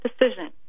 decision